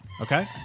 okay